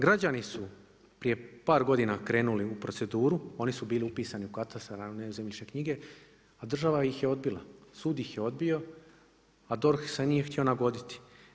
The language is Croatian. Građani su prije par godina krenuli u proceduru, oni su bili upisani u katastar ali ne u zemljišne knjige, a država ih je odbila, sud ih je odbio, a DORH se nije htio nagoditi.